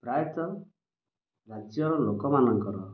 ପ୍ରାୟତଃ ରାଜ୍ୟର ଲୋକମାନଙ୍କର